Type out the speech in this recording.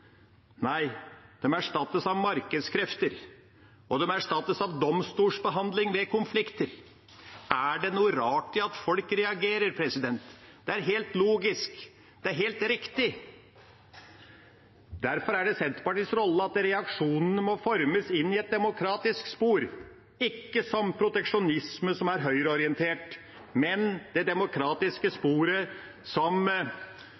Nei, de erstattes av markedskrefter, og de erstattes av domstolsbehandling ved konflikter. Er det noe rart at folk reagerer? Det er helt logisk. Det er helt riktig. Derfor er det Senterpartiets rolle at reaksjonene må formes inn i et demokratisk spor, ikke som proteksjonisme, som er høyreorientert, men det demokratiske sporet som